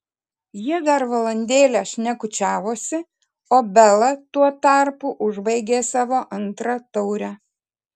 jie dar valandėlę šnekučiavosi o bela tuo tarpu užbaigė savo antrą taurę